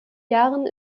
jahren